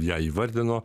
ją įvardino